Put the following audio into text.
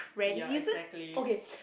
ya exactly